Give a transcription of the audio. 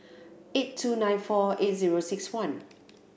eight two nine four eight zero six one